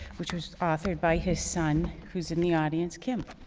which was authored by his son, who's in the audience, kim.